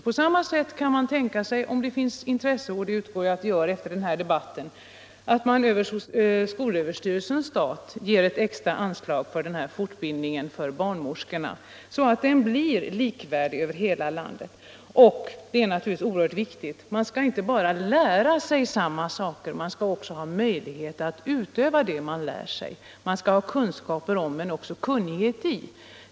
På samma sätt kan man tänka sig, om det finns intresse — och det utgår jag från att det gör efter den här debatten —, att man över skolöverstyrelsens stat ger ett extra anslag till denna fortbildning för barnmorskorna, så att den blir likvärdig över hela landet i enlighet med riksdagens uttalande från 1971. Det är naturligtvis också oerhört viktigt att man inte bara skall lära sig samma saker, man skall också ha möjlighet att utöva det man lär sig. Man skall ha kunskaper om men också kunnighet i metoderna.